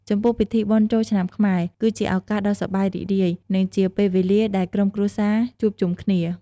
ចំពោះពិធីបុណ្យចូលឆ្នាំខ្មែរ គឺជាឱកាសដ៏សប្បាយរីករាយ និងជាពេលវេលាដែលក្រុមគ្រួសារជួបជុំគ្នា។